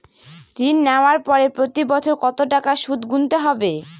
ঋণ নেওয়ার পরে প্রতি বছর কত টাকা সুদ গুনতে হবে?